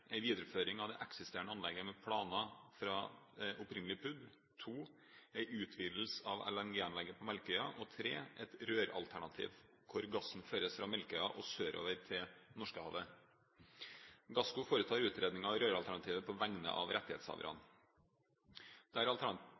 videreføring av det eksisterende anlegget med planer fra opprinnelig Plan for utvikling og drift – PUD en utvidelse av LNG-anlegget på Melkøya et røralternativ hvor gassen føres fra Melkøya og sørover til Norskehavet Gassco foretar utredningen av røralternativet på vegne av rettighetshaverne.